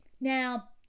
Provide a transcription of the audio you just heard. Now